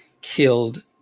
killed